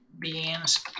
beans